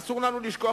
אסור לנו לשכוח,